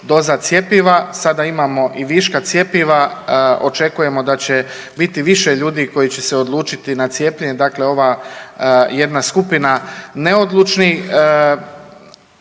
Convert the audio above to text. doza cjepiva. Sada imamo i viška cjepiva. Očekujemo da će biti više ljudi koji će se odlučiti na cijepljenje. Dakle, ova jedna skupina neodlučnih.